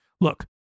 Look